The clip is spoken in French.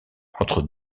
entre